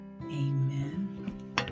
Amen